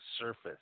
surface